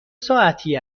ساعتی